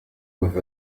with